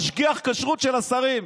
משגיח הכשרות של השרים.